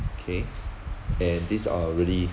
K and these are really